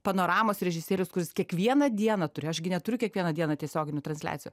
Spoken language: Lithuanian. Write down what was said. panoramos režisierius kuris kiekvieną dieną turi aš gi neturiu kiekvieną dieną tiesioginių transliacijų